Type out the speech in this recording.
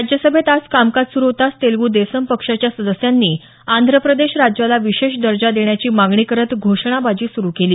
राज्यसभेत आज कामकाज सुरु होताच तेलगू देसम पक्षाच्या सदस्यांनी आंध्र प्रदेश राज्याला विशेष दर्जा देण्याची मागणी करत घोषणाबाजी सुरू केली